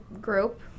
group